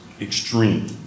extreme